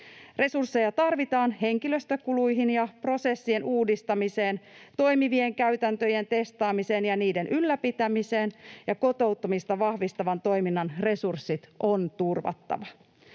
Resursseja tarvitaan henkilöstökuluihin ja prosessien uudistamiseen, toimivien käytäntöjen testaamiseen ja niiden ylläpitämiseen, ja kotoutumista vahvistavan toiminnan resurssit on turvattava.